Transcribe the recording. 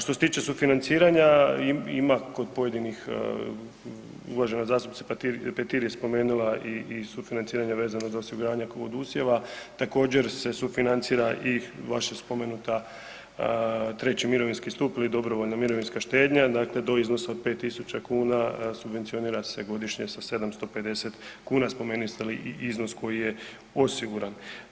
Što se tiče sufinanciranja, ima kod pojedinih, uvažena zastupnica Petir je spomenula i sufinanciranje vezano za osiguranja kod usjeva, također se sufinancira i vaša spomenuta, treći mirovinski stup ili dobrovoljna mirovinska štednja, dakle do iznosa od 5000 kn subvencionira se godišnje sa 750 kn, spomenuli ste i iznos koji je osiguran.